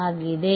ಆಗಿದೆ